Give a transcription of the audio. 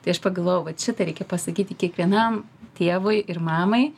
tai aš pagalvojau vat šitą reikia pasakyti kiekvienam tėvui ir mamai